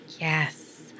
Yes